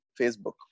Facebook